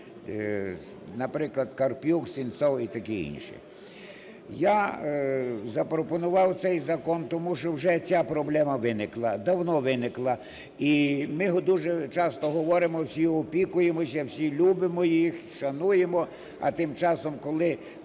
Наприклад, Карпюк, Сенцов і такі інші. Я запропонував цей закон тому, що вже ця проблема виникла, давно виникла. І ми дуже часто говоримо, всі опікуємося, всі любимо їх, шануємо, а тим часом, коли